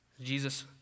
Jesus